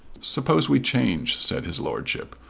suppose we change, said his lordship.